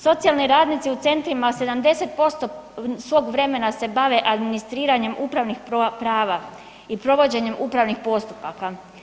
Socijalni radnici u centrima 70% svog vremena se bave administriranjem upravnih prava i provođenjem upravnih postupaka.